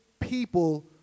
people